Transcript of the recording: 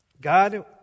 God